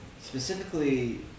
Specifically